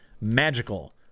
magical